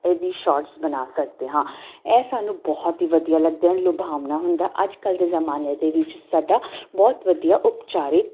ਇਹਦੀ ਸ਼ੋਟਸ ਬਣਾ ਸਕਦੇ ਹਾਂ ਇਹ ਸਾਨੂੰ ਬਹੁਤ ਹੀ ਵਧੀਆ ਲੱਗਦਾ ਲੁਭਾਵਣਾ ਹੁੰਦਾ ਅੱਜ ਕੱਲ੍ਹ ਦੇ ਜ਼ਮਾਨੇ ਦੇ ਵਿੱਚ ਸਾਡਾ ਬਹੁਤ ਵਧੀਆ ਉਪਚਾਰਿਕ